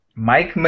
Mike